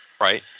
right